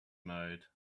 mode